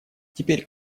теперь